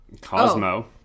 Cosmo